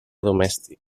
domèstic